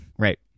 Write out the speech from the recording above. Right